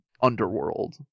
underworld